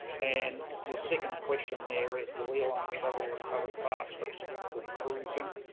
and your second question there is, will airline travel recover faster or cruising?